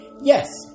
Yes